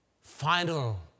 final